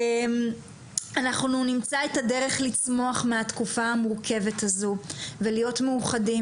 אנחנו נמצא את הדרך לצמוח מהתקופה המורכבת הזו ולהיות מאוחדים,